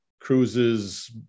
cruises